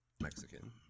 Mexican